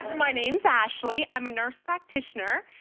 my name's ashley, i'm a nurse practitioner,